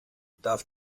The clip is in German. darf